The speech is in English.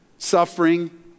Suffering